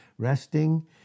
Resting